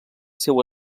seu